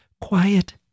quiet